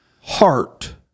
heart